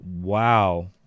Wow